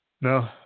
No